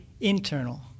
internal